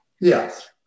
yes